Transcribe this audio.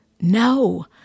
no